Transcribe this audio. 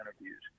interviews